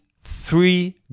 three